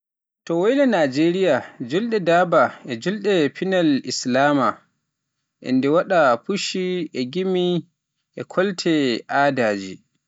To woyla Naajeeriya, juulde Durbar ko juulde pinal lislaam, nde waɗata pucci, gimi, e kolte aadaaji.